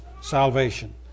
salvation